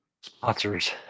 sponsors